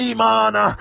Imana